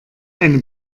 eine